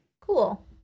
Cool